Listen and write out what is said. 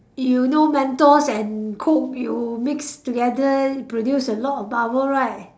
you know mentos and coke you mix together it produce a lot of bubble right